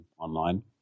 online